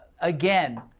Again